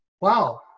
Wow